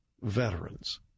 veterans